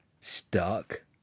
stuck